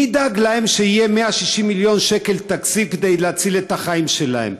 מי ידאג להם שיהיו 160 מיליון שקל בתקציב כדי להציל את החיים שלהם?